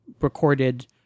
recorded